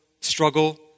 struggle